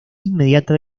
inmediata